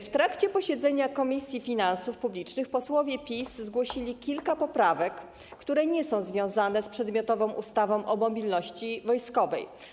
W trakcie posiedzenia Komisji Finansów Publicznych posłowie PiS zgłosili kilka poprawek, które nie są związane z przedmiotową ustawą o mobilności wojskowej.